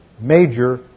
Major